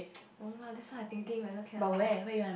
no lah that's why I thinking can or not